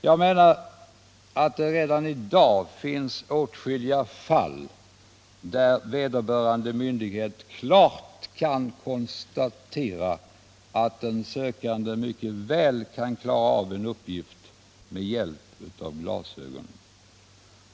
Jag menar att det redan i dag finns åtskilliga fall, där vederbörande myndighet klart kan konstatera att den sökande mycket väl klarar en uppgift med hjälp av glasögon.